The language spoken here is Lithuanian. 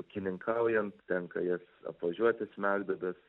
ūkininkaujant tenka jas apvažiuoti smegduobes